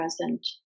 present